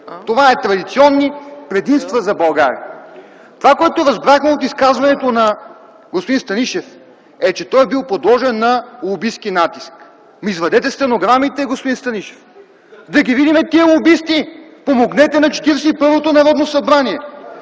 Това са традиционни предимства за България. Това, което разбрахме от изказването на господин Станишев, е, че той е бил подложен на лобистки натиск. Извадете стенограмите, господин Станишев, да ги видим тези лобисти. Помогнете на Четиридесет